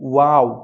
wow